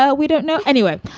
ah we don't know. anyway,